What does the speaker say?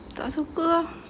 tak suka ah